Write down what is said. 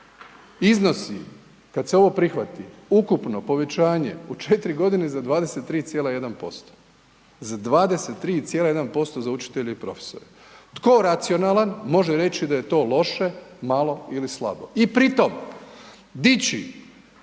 iznosi kada se ovo prihvati, ukupno povećanje u 4 godine za 23,1%. Za 23,1% za učitelje i profesore. Tko racionalan može reći da je to loše, malo ili slabo i pri tome dići